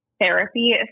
therapy